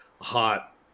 hot